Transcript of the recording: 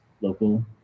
local